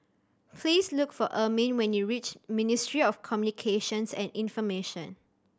please look for Ermine when you reach Ministry of Communications and Information